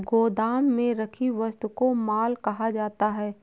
गोदाम में रखी वस्तु को माल कहा जाता है